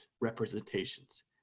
representations